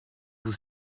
vous